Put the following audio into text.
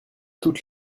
toute